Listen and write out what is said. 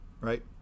Right